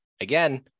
Again